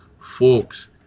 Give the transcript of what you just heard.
folks